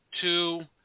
Two